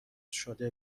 شده